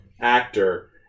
actor